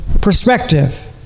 perspective